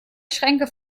schränke